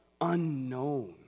unknown